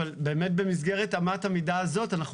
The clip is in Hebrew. אבל באמת במסגרת אמת המידה הזאת אנחנו